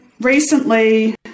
Recently